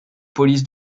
polices